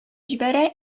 җибәрә